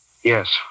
Yes